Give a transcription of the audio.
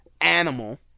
animal